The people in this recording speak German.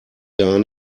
gar